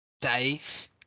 Dave